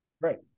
right